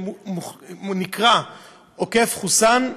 שנקרא עוקף חוסאן,